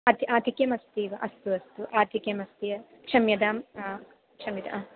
अति आधिक्यम् अस्ति एव अस्तु अस्तु आधिक्यमस्ति क्षम्यतां क्षम्यताम्